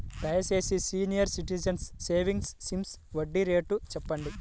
దయచేసి senior citizens savings scheme వడ్డీ రేటు చెప్పండి